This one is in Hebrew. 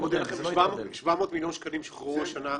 אני מודיע לכם, 700 מיליון שקלים שוחררו השנה.